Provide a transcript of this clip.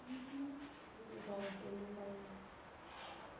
जैदा फेमस हां